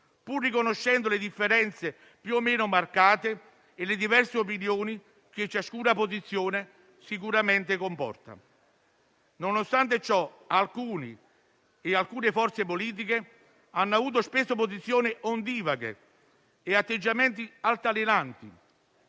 pur riconoscendo le differenze più o meno marcate e le diverse opinioni che ciascuna posizione sicuramente comporta. Nonostante ciò, alcune forze politiche hanno avuto spesso posizioni ondivaghe e atteggiamenti altalenanti,